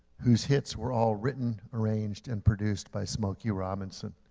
whose hits were all written, arranged and produced by smokey robinson,